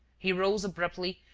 he rose abruptly,